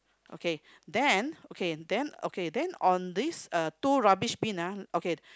okay then okay then okay then on these uh two rubbish bin ah okay